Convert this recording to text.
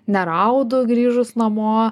neraudu grįžus namo